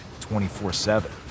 24-7